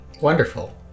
Wonderful